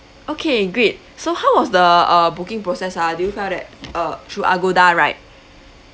okay great so how was the uh booking process ah do you find that uh through Agoda right